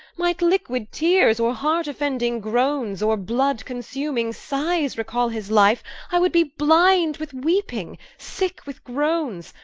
might liquid teares, or heart-offending groanes, or blood-consuming sighes recall his life i would be blinde with weeping, sicke with grones,